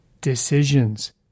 decisions